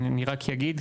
אני רק אגיד,